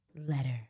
letter